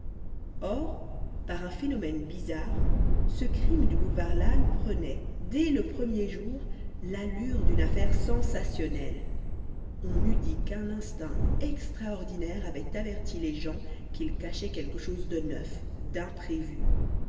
or par un phénomène bizarre ce crime du boulevard lannes prenait dès le premier jour l'allure d'une affaire sensationnelle on eût dit qu'un instinct extraordinaire avait averti les gens qu'il cachait quelque chose de neuf d'imprévu